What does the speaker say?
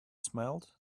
smiled